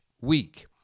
week